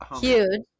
huge